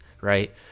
right